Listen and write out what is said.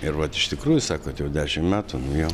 ir vat iš tikrųjų sakot jau dešim metų nu jo